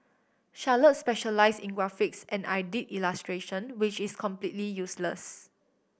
Charlotte specialise in graphics and I did illustration which is completely useless